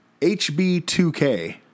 HB2K